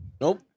Nope